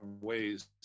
ways